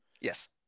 Yes